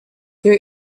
there